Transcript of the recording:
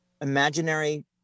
imaginary